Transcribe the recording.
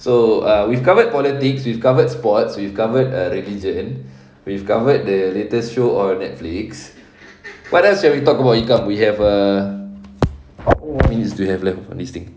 so uh we've covered politics we've covered sports we've covered religion we've covered the latest show on Netflix but that's what we talk about you come uh we have a how many more minutes do we have left on this thing